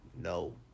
No